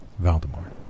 Valdemar